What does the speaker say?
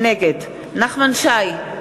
נגד נחמן שי,